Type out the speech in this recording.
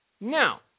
Now